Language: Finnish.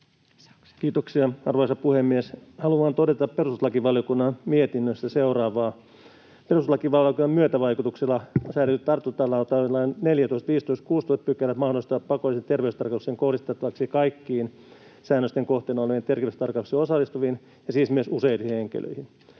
Kiitoksia, arvoisa puhemies! Haluan todeta perustuslakivaliokunnan lausunnosta seuraavaa: Perustuslakivaliokunnan myötävaikutuksella säädetyt tartuntatautilain 14, 15 ja 16 §:t mahdollistavat pakollisen terveystarkastuksen kohdistettavaksi kaikkiin säännösten kohteena oleviin terveystarkastukseen osallistuviin ja siis myös useisiin henkilöihin.